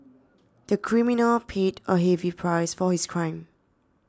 the criminal paid a heavy price for his crime